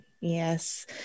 Yes